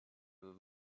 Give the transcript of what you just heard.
with